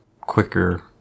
quicker